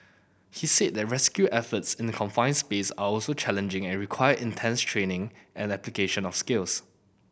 he said that rescue efforts in the confine space are also challenging and require intense training and application of skills